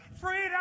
freedom